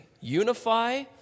Unify